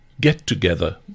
get-together